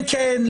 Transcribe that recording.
כן כן,